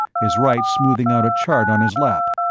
his right smoothing out a chart on his lap.